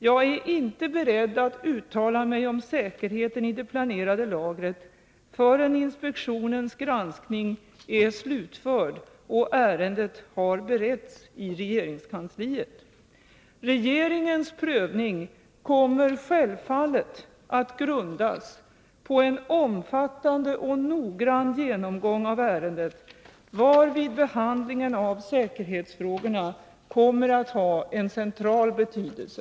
Jag är inte beredd att uttala mig om säkerheten i det planerade lagret förrän inspektionens granskning är slutförd och ärendet har beretts i regeringskansliet. Regeringens prövning kommer självfallet att grundas på en omfattande och noggrann genomgång av ärendet, varvid behandlingen av säkerhetsfrågorna kommer att ha en central betydelse.